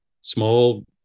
small